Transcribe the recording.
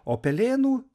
o pelėnų